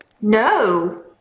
no